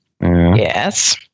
Yes